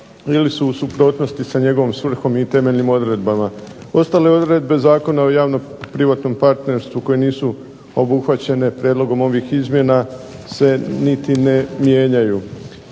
ili su u suprotnosti sa njegovom svrhom i temeljnim odredbama. Ostale odredbe Zakona o javno-privatnom partnerstvu koje nisu obuhvaćene prijedlogom ovih izmjena se niti ne mijenjaju.